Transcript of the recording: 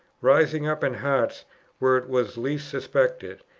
rising up in hearts where it was least suspected,